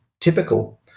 typical